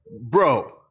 Bro